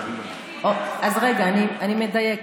אני מדייקת.